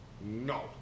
No